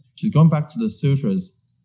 she's going back to the sutras,